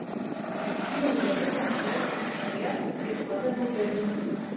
pripyliau dėžutėn boro rūgšties ir padaviau berniukui